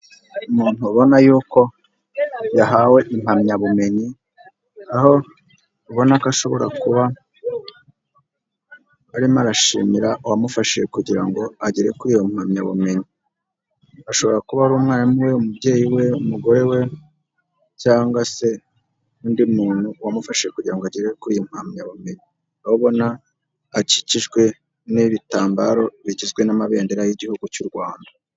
Umuntu ubona y'uko yahawe impamyabumenyi, aho ubona ko ashobora kuba arimo arashimira uwamufashije kugira ngo agere kuri iyo mpamyabumenyi, ashobora kuba ari umwarimu we, umubyeyi we, umugore we cyangwa se undi muntu wamufashije kugira ngo agere kuri iyi mpamyabumenyi. Aho ubona ko akikijwe n'ibitambaro bigizwe n'amabendera y'igihugu cy'u Rwanda.